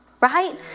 right